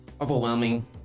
overwhelming